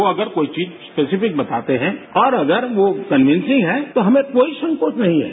यो अगर कोई चीज स्पेसिफिक बताते हैं और अगर यो कन्विंसिंग है तो हमें कोई संकोच नहीं है